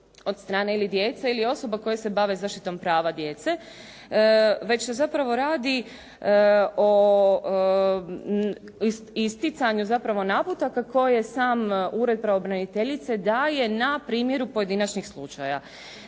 od strane djece ili osoba koje se bave zaštitom prava djece. Već se zapravo radi o isticanju naputaka koje sam Ured pravobraniteljice daje na primjeru pojedinačnih slučaja.